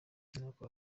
nuko